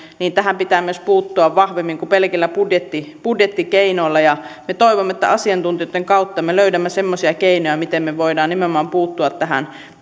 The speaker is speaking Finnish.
niin tähän pitää myös puuttua vahvemmin kuin pelkillä budjettikeinoilla me toivomme että asiantuntijoitten kautta me löydämme semmoisia keinoja miten me voimme nimenomaan puuttua myös